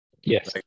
Yes